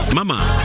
Mama